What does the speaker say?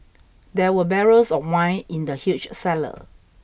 there were barrels of wine in the huge cellar